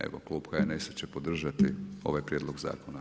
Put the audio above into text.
Evo, Klub HNS-a će podržati ovaj prijedlog zakona.